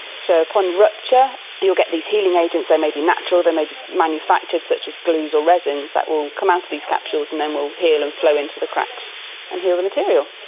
so upon rupture you'll get these healing agents, they may be natural, they may be manufactured such as glues or resins that will come out of these capsules and then will heal and flow into the cracks and heal the material.